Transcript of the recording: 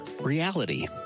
reality